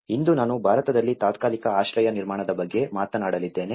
ಇಂದು ನಾನು ಭಾರತದಲ್ಲಿ ತಾತ್ಕಾಲಿಕ ಆಶ್ರಯ ನಿರ್ಮಾಣದ ಬಗ್ಗೆ ಮಾತನಾಡಲಿದ್ದೇನೆ